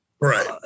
Right